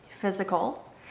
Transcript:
physical